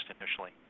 initially